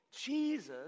Jesus